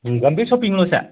ꯒꯝꯚꯤꯔ ꯁꯣꯄꯤꯡꯂꯣ ꯁꯦ